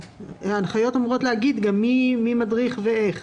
ההנחיות אמורות לקבוע גם מי מדריך ואיך.